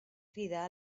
cridar